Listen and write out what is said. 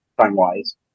time-wise